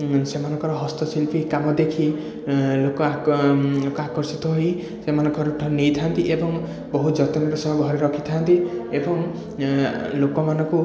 ସେମାନଙ୍କର ହସ୍ତଶିଳ୍ପୀ କାମ ଦେଖି ଲୋକ ଆକ ଲୋକ ଆକର୍ଷିତ ହେଇ ନେଇଥାନ୍ତି ଏବଂ ବହୁ ଯତ୍ନର ସହ ଘରେ ରଖିଥାନ୍ତି ଏବଂ ଲୋକମାନଙ୍କୁ